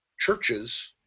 Churches